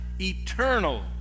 Eternal